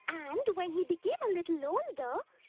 and when he became a little older,